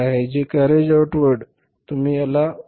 हे carriage outward आहे